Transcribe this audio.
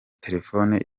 telefone